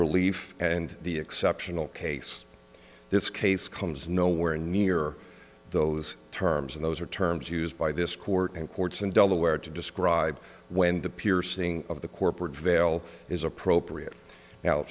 relief and the exceptional case this case comes nowhere near those terms and those are terms used by this court and courts in delaware to describe when the piercing of the corporate veil is appropriate